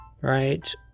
Right